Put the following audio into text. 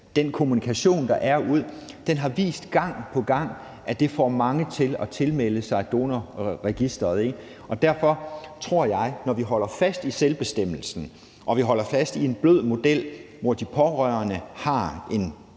og kommunikerer det ud, får mange til at tilmelde sig Donorregistret. Derfor tror jeg, at det, at vi holder fast i selvbestemmelsen og i en blød model, hvor de pårørende har et